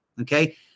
okay